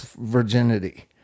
virginity